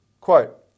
Quote